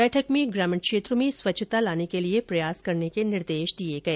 बैठक में ग्रामीण क्षेत्रों में स्वच्छता लाने के लिए प्रयास करने के निर्देश दिए गए